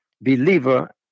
believer